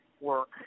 work